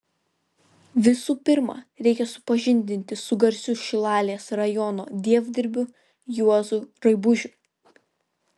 visų pirma reikia supažindinti su garsiu šilalės rajono dievdirbiu juozu raibužiu